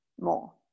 more